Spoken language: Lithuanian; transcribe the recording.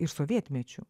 iš sovietmečių